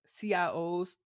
CIOs